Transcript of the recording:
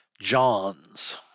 John's